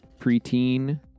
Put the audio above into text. preteen